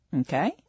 Okay